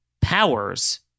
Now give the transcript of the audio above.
powers